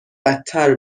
بدتر